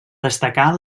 destacar